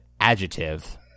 adjective